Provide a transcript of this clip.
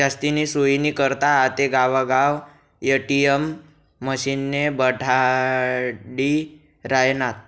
जास्तीनी सोयनी करता आते गावगाव ए.टी.एम मशिने बठाडी रायनात